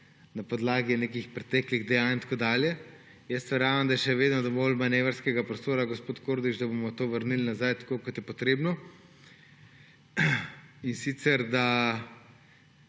na podlagi nekih preteklih dejanj in tako dalje – jaz verjamem, da je še vedno dovolj manevrskega prostora, gospod Kordiš, da bomo to vrnili nazaj tako, kot je potrebno. In sicer, da